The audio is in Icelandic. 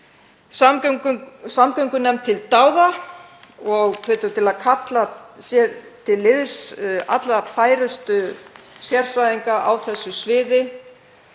samgöngunefnd til dáða og hvet þau til að kalla sér til liðs allra færustu sérfræðinga á þessu sviði